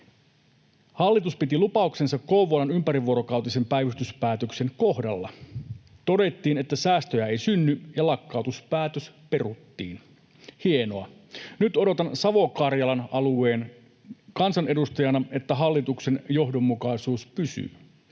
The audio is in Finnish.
hallitus piti lupauksensa Kouvolan ympärivuorokautisen päivystyspäätöksen kohdalla. Todettiin, että säästöjä ei synny, ja lakkautuspäätös peruttiin. Hienoa! Nyt odotan Savo-Karjalan alueen kansanedustajana, että hallituksen johdonmukaisuus pysyy.